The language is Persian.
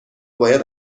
باید